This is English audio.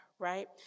Right